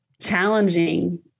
challenging